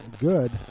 good